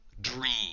dream